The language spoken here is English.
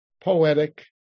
poetic